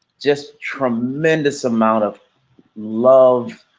just tremendous amount of love,